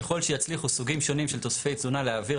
ככל שיצליחו סוגים שונים של תוספי תזונה להעביר